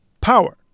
power